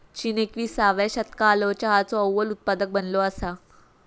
चीन एकविसाव्या शतकालो चहाचो अव्वल उत्पादक बनलो असा